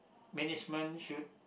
management should